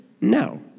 No